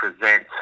present